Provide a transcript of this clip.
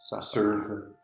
serve